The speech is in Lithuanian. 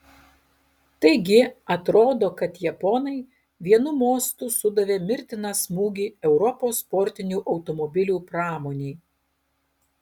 taigi atrodo kad japonai vienu mostu sudavė mirtiną smūgį europos sportinių automobilių pramonei